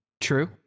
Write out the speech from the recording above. True